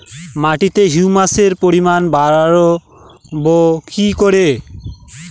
মাটিতে হিউমাসের পরিমাণ বারবো কি করে?